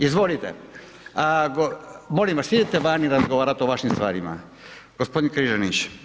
Izvolite, molim vas idite vani razgovarati o vašim stvarima, gospodin Križanić.